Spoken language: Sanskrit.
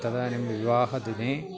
तदानीं विवाहदिने